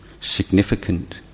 significant